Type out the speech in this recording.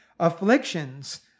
Afflictions